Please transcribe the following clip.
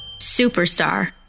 Superstar